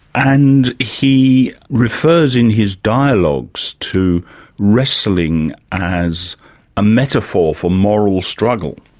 and he refers in his dialogues to wrestling as a metaphor for moral struggle.